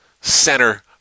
center